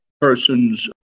persons